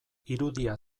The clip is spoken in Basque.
irudia